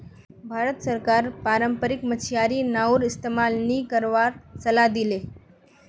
भारत सरकार पारम्परिक मछियारी नाउर इस्तमाल नी करवार सलाह दी ले